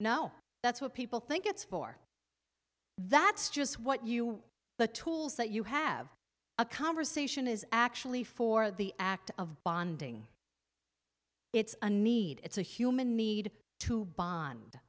no that's what people think it's for that's just what you the tools that you have a conversation is actually for the act of bonding it's a need it's a human need to bond